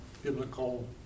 Biblical